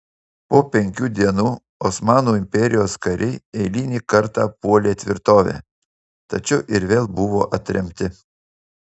po penkių dienų osmanų imperijos kariai eilinį kartą puolė tvirtovę tačiau ir vėl buvo atremti